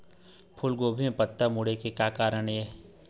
फूलगोभी म पत्ता मुड़े के का कारण ये?